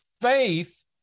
faith